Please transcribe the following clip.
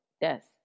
death